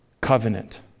covenant